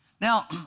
Now